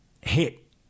hit